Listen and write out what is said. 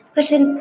Question